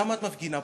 למה את מפגינה פה?